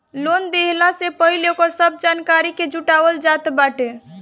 loan देहला से पहिले ओकरी सब जानकारी के जुटावल जात बाटे